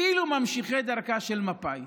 כאילו ממשיכי דרכה של מפא"י,